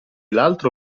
l’altro